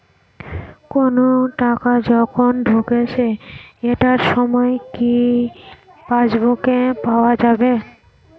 কোনো টাকা কখন ঢুকেছে এটার সময় কি পাসবুকে পাওয়া যাবে?